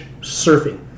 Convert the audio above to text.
surfing